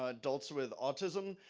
ah adults with autism,